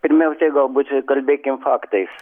pirmiausia galbūt kalbėkim faktais